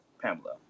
Pamela